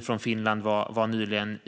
Finlands statsminister Sanna Marin var nyligen